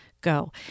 go